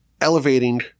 elevating